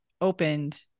opened